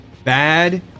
bad